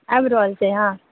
आबि रहल छिए अहाँ